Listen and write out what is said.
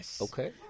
Okay